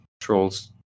trolls